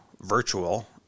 virtual